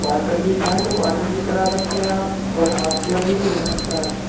quarterly चाहें तो quarterly करा सकते हैं आप और हाफ़ यरली भी हो सकता है